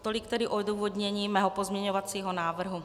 Tolik tedy odůvodnění mého pozměňovacího návrhu.